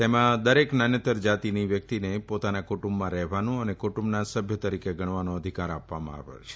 તેમાં દરેક નાન્યતર જાતીને પોતાના કુટુંબમાં રહેવાનું અને કુટુંબના સભ્ય તરીકે ગણવાનો અધિકાર આપવામાં આવ્યો છે